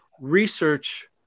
research